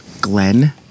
Glenn